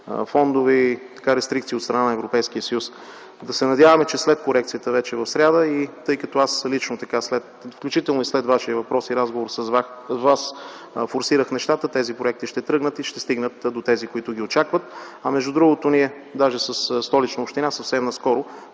фондове и рестрикции от страна на Европейския съюз. Да се надяваме, че след корекцията в сряда и тъй като аз лично след Вашия въпрос и разговор с Вас форсирах нещата, тези проекти ще тръгнат и ще стигнат до тези, които ги очакват, а между другото ние със Столична община съвсем наскоро